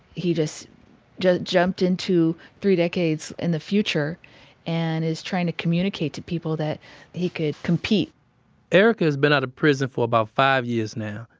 he just just jumped into three decades in the future and is trying to communicate to people that he could compete erika has been out of prison for about five years now.